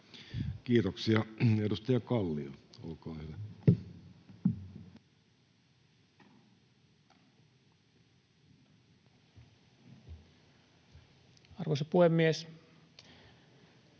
Kiitoksia. — Edustaja Kallio, olkaa hyvä. [Speech